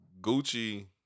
Gucci